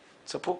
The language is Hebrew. נכון.